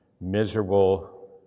miserable